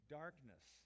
darkness